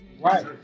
Right